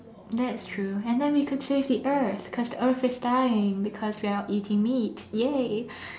that's true and then we could save the earth because the earth is dying because we are all eating meat !yay!